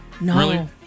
no